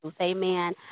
Amen